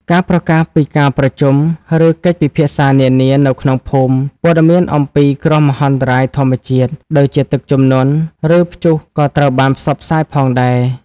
ការប្រកាសពី ការប្រជុំ ឬកិច្ចពិភាក្សានានានៅក្នុងភូមិ ព័ត៌មានអំពី គ្រោះមហន្តរាយធម្មជាតិ ដូចជាទឹកជំនន់ ឬព្យុះក៏ត្រូវបានផ្សព្វផ្សាយផងដែរ។